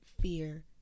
fear